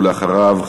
אחריו,